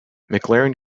mclaren